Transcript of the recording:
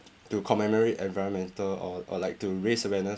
to commemorate environmental or or like to raise awareness